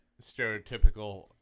stereotypical